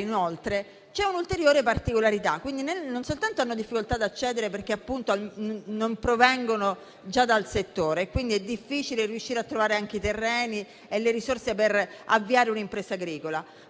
Inoltre, c'è un'ulteriore particolarità. Non soltanto i giovani hanno difficoltà ad accedere al settore perché non provengono già da esso, e quindi è difficile riuscire a trovare i terreni e le risorse per avviare un'impresa agricola,